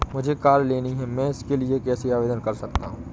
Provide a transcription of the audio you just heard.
मुझे कार लेनी है मैं इसके लिए कैसे आवेदन कर सकता हूँ?